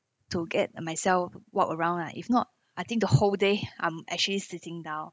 to get myself walk around lah if not I think the whole day I'm actually sitting down